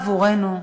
עבורנו.